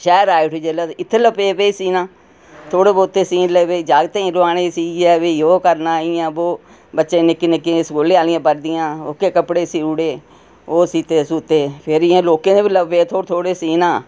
शैह्ऱ आई उठी जेल्लै ते इत्थै लगी पेई सीना थोह्ड़े बहुते सीन लगी पेई जागते ई लुआने सीयै फ्ही ओह् करना इ'यां बो बच्चे निक्कें निक्कें गी स्कूले आह्लियां बर्दियां कपड़े सी ओड़े ओह् इ'यां सीते सूते फ्ही इ'यां लोकें दे बी लगी पेई थोह्डे़ थोह्ड़े सीना